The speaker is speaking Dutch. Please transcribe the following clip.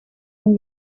een